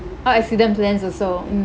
oh accident plans also mm